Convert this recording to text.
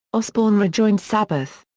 osbourne rejoined sabbath.